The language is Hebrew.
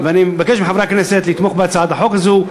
ואני מבקש מחברי הכנסת לתמוך בהצעת החוק הזאת,